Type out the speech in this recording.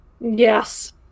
Yes